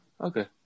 okay